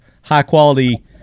high-quality